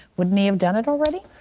wouldn't he have done it already?